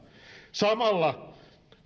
samalla